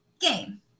Game